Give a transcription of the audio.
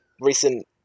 recent